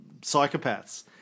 psychopaths